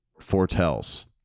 foretells